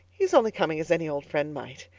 he is only coming as any old friend might.